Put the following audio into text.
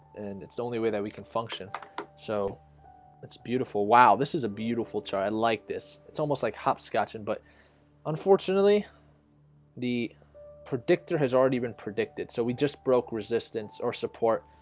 and it's the only way that we can function so it's beautiful wow this is a beautiful turn and like this. it's almost like hopscotch in but unfortunately the predictor has already been predicted, so we just broke resistance or support